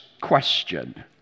question